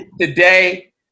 today